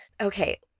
Okay